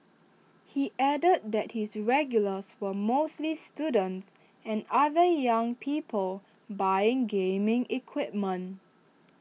he added that his regulars were mostly students and other young people buying gaming equipment